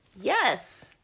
Yes